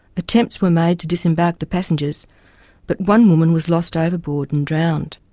attempts were made to disembark the passengers but one woman was lost overboard and drowned.